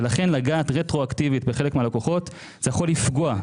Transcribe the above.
ולכן לגעת רטרואקטיבית בחלק מהלקוחות זה יכול לפגוע.